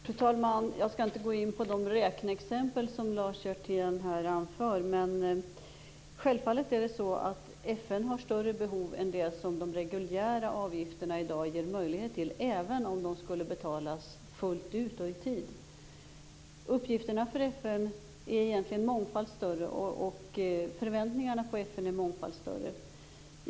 Fru talman! Jag skall inte gå in på de räkneexempel som Lars Hjertén anför. FN har större behov än det som de reguljära avgifterna i dag ger möjlighet till - även om de skulle betalas fullt och i tid. Uppgifterna för FN är mycket större. Förväntningarna på FN är större.